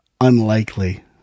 Unlikely